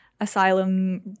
asylum